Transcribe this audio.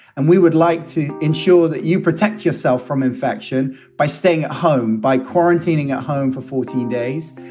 and we would like to ensure that you protect yourself from infection by staying home, by quarantining a home for fourteen days.